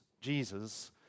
Jesus